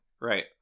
Right